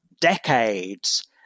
decades